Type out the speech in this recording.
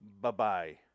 Bye-bye